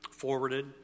forwarded